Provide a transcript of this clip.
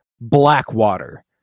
Blackwater